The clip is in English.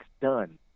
done